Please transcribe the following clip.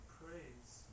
praise